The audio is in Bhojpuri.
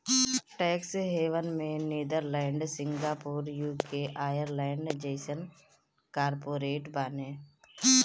टेक्स हेवन में नीदरलैंड, सिंगापुर, यू.के, आयरलैंड जइसन कार्पोरेट बाने